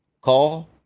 call